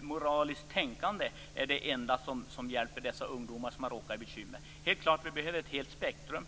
moraliskt tänkande är det enda som hjälper de ungdomar som har fått bekymmer. Helt klart behöver vi ett helt spektrum.